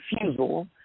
refusal